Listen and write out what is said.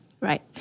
Right